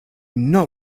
not